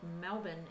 Melbourne